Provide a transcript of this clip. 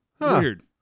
Weird